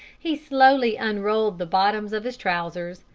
he slowly unrolled the bottoms of his trousers,